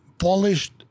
polished